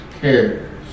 cares